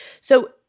So-